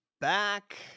back